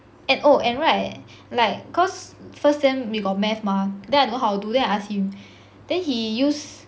and oh and right like cause first sem we got math mah then I don't know how to do then I ask him then he use